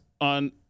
on